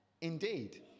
Indeed